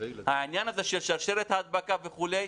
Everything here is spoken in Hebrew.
העניין הזה של שרשרת ההדבקה וכו',